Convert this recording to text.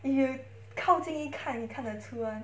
you 靠近一看你看得出 [one]